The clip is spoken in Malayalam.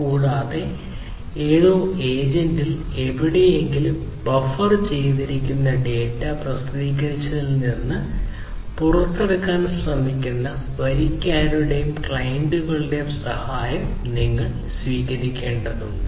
കൂടാതെ ഏതോ ഏജന്റിൽ എവിടെയെങ്കിലും ബഫർ ചെയ്തിരിക്കുന്ന ഡാറ്റ പ്രസിദ്ധീകരിച്ചതിൽ നിന്ന് പുറത്തെടുക്കാൻ ശ്രമിക്കുന്ന വരിക്കാരുടെയും ക്ലയന്റുകളുടെയും സഹായം നിങ്ങൾ സ്വീകരിക്കേണ്ടതുണ്ട്